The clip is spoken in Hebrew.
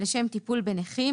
לשם טיפול בנכים,